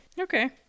Okay